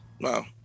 Wow